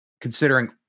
considering